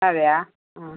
അതെയോ ആ